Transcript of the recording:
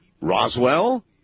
Roswell